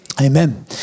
Amen